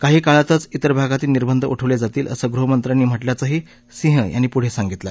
काही काळातच तेर भागातही निर्बंध उठवलज्जितील असं गृहमंत्र्यांनी म्हटल्याचंही सिंह यांनी पुढसिंगितलं